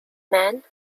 men